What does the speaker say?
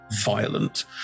violent